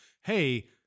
hey